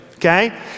Okay